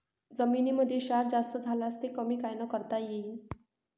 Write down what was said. जमीनीमंदी क्षार जास्त झाल्यास ते कमी कायनं करता येईन?